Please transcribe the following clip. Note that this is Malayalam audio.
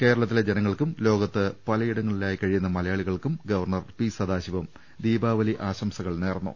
കേരളത്തിലെ ജനങ്ങൾക്കും ലോകത്ത് പലയിടങ്ങളി ലായി കഴിയുന്ന മലയാളികൾക്കും ഗവർണർ പി സദാശിവം ദീപാവലി ആശം സകൾ നേർന്നു